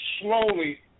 slowly